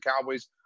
Cowboys